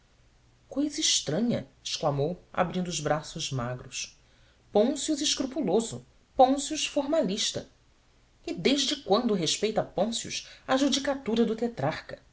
cousa estranha exclamou abrindo os braços magros pôncio escrupuloso pôncio formalista e desde quando respeita pôncio a judicatura do